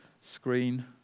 screen